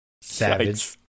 Savage